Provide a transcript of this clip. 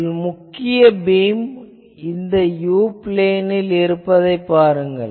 இதில் முக்கிய பீம் இந்த u பிளேனில் இருப்பதைப் பாருங்கள்